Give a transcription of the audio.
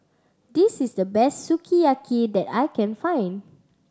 this is the best Sukiyaki that I can find